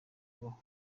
kubaho